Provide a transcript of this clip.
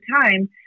time